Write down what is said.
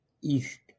East